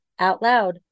OUTLOUD